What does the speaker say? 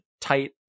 tight